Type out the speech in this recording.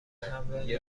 همراه